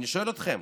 אני שואל אתכם,